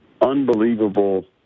unbelievable